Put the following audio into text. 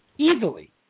Easily